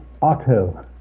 auto